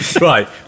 right